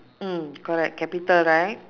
mm correct capital right